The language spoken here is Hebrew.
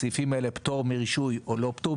בסעיפים האלה, הן פטור מרישוי או לא.